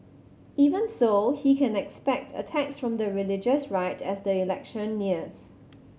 even so he can expect attacks from the religious right as the election nears